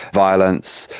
violence,